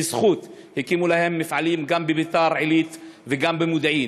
בזכות הקימו להן מפעלים גם בביתר-עילית וגם במודיעין.